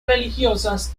religiosas